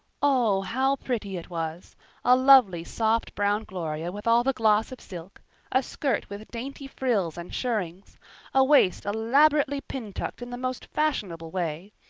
oh, how pretty it was a lovely soft brown gloria with all the gloss of silk a skirt with dainty frills and shirrings a waist elaborately pintucked in the most fashionable way,